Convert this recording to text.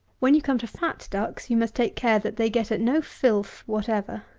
when you come to fat ducks, you must take care that they get at no filth whatever.